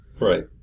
Right